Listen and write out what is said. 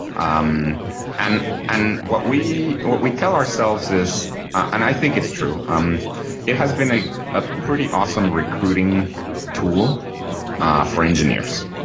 um and and what we what we tell ourselves is and i think it's true um it has been a ah pretty awesome recruiting tool for engineers.